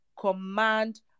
command